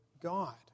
God